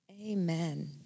Amen